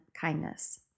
kindness